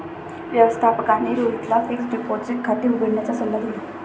व्यवस्थापकाने रोहितला fixed deposit खाते उघडण्याचा सल्ला दिला